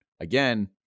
again